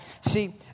see